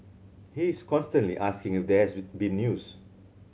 he is constantly asking if there has been news